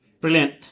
Brilliant